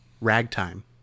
ragtime